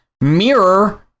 mirror